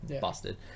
busted